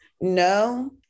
no